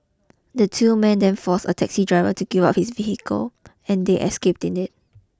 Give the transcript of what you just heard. the two men then force a taxi driver to give up his vehicle and they escaped in it